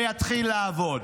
ויתחיל לעבוד.